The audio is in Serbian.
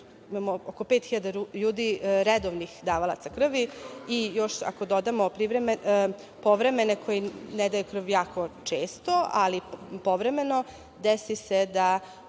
oko 5000 ljudi su redovni davaoci krvi. Još ako dodamo povremene koji ne daju krv često, ali povremeno, desi se da